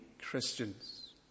Christians